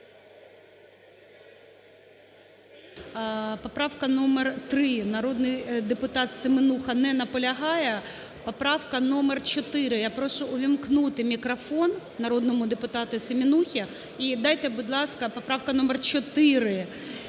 Поправка номер 3, народний депутат Семенуха не наполягає. Поправка номер 4. Я прошу увімкнути мікрофон народному депутату Семенусі. І дайте, будь ласка, поправка номер 4.